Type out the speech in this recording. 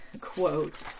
quote